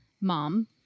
mom